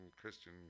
christian